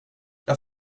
jag